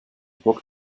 book